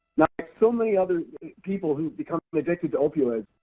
like so many other people who've become addicted to opioids,